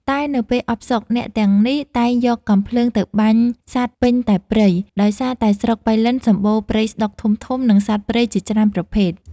តែនៅពេលអផ្សុក អ្នកទាំងនេះតែងយកកាំភ្លើងទៅបាញ់សត្វពេញតែព្រៃ ដោយសារតែស្រុកប៉ៃលិនសម្បូរព្រៃស្ដុកធំៗនិងសត្វព្រៃជាច្រើនប្រភេទ។